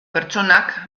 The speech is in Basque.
pertsonak